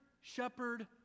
shepherd